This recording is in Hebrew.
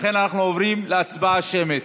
ולכן אנחנו עוברים להצבעה שמית.